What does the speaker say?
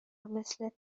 مثل